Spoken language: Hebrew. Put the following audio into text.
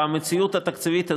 במציאות התקציבית הזאת,